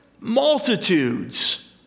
multitudes